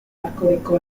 hardcoreko